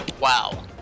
wow